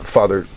Father